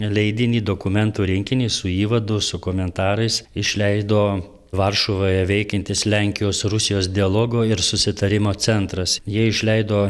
leidinį dokumentų rinkinį su įvadu su komentarais išleido varšuvoje veikiantis lenkijos rusijos dialogo ir susitarimo centras jie išleido